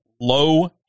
low